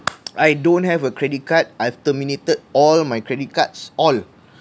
I don't have a credit card I've terminated all my credit cards all